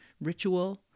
ritual